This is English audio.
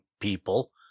people